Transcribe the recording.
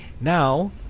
Now